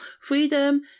freedom